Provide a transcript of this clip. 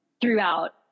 throughout